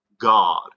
God